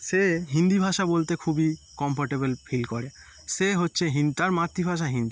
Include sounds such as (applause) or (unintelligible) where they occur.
সে হিন্দি ভাষা বলতে খুবই কম্ফোর্টেবেল ফিল করে সে হচ্ছে (unintelligible) তার মাতৃভাষা হিন্দি